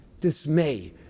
dismay